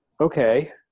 okay